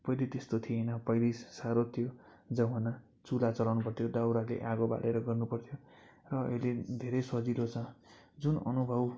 पहिला त्यस्तो थिएन पहिला साह्रो थियो जमाना चुल्हा जलाउनु पर्थ्यो दाउराले आगो बालेर गर्नु पर्थ्यो र अहिले धेरै सजिलो छ जुन अनुभव